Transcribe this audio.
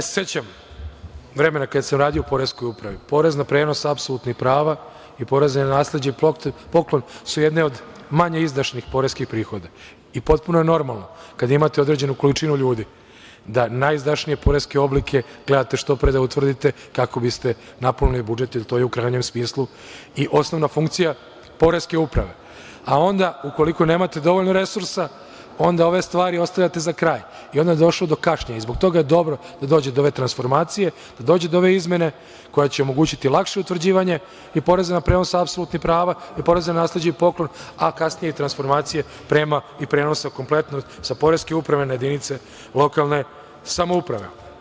Sećam se vremena kada sam radio u Poreskoj upravi, porez na prenos apsolutnih prava i poreza na nasleđe i poklon su jedne manje izdašnih poreskih prihoda i potpuno je normalno kada imate određenu količinu ljudi da najizdašnije poreske oblike gledate što pre da utvrdite kako biste napunili budžet, jer to je u krajnjem smislu i osnovna funkcija Poreske uprave, a onda ukoliko nemate dovoljno resursa, onda ove stvari ostavljate za kraj i onda je došlo zbog kašnjenja i zbog toga je dobro da dođe do ove transformacije, da dođe do ove izmene koja će omogućiti lakše utvrđivanje i poreza na prenos apsolutnih prava i poreza na nasleđe i poklon, a kasnije transformacije prema i prenosa kompletno sa Poreske uprave na jedinice lokalne samouprave.